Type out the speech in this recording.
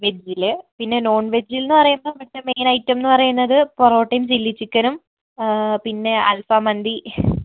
വെജ്ജില് പിന്നെ നോൺ വെജ്ജിൽ എന്ന് പറയുമ്പോൾ ഇവിടത്തെ മെയിൻ ഐറ്റം എന്ന് പറയുന്നത് പൊറോട്ടയും ചില്ലി ചിക്കനും പിന്നെ അൽഫം മന്തി